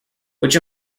which